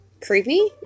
Creepy